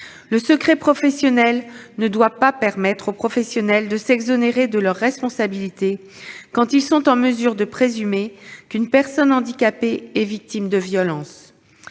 Le secret professionnel ne doit pas permettre aux professionnels de s'exonérer de leurs responsabilités quand ils sont en mesure de présumer qu'une personne handicapée est victime de violences.